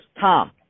Tom